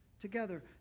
together